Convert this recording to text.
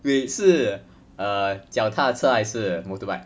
wait 是 err 脚踏车还是 motorbike